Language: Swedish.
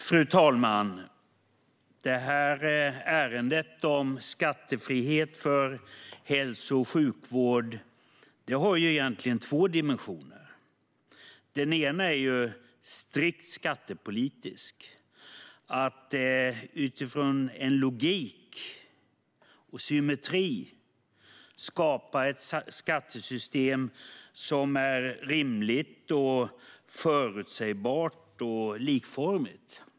Fru talman! Detta ärende om skattefrihet för hälso och sjukvård har egentligen två dimensioner. Den ena är strikt skattepolitisk, att utifrån en logik och symmetri skapa ett skattesystem som är rimligt, förutsägbart och likformigt.